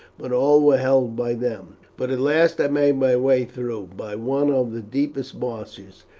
but all were held by them. but at last i made my way through by one of the deepest marshes,